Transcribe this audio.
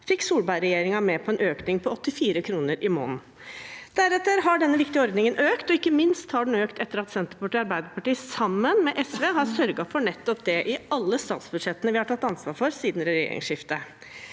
fikk Solberg-regjeringen med på en økning på 84 kr i måneden. Deretter har denne viktige ordningen økt. Ikke minst har den økt etter at Senterpartiet og Arbeiderpartiet sammen med SV har sørget for nettopp det i alle statsbudsjettene vi har tatt ansvar for siden regjeringsskiftet.